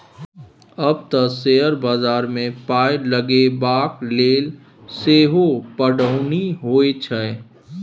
आब तँ शेयर बजारमे पाय लगेबाक लेल सेहो पढ़ौनी होए छै